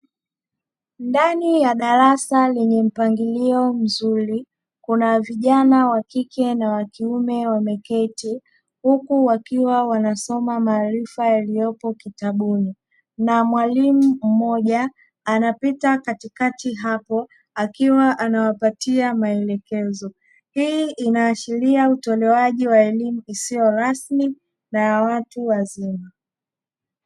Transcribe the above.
Ndani ya darasa lenye mpangilio mzuri kuna vijana wakike na wakiume wameketi huku wakiwa wanasoma maharifa yaliyopo kitabuni; na mwalimu mmoja anapita katikati hapo akiwa anawapatia maelekezo, hii inaashiria utolewaji wa elimu isiyo rasmi na ya watu wazima.